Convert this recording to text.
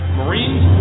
marines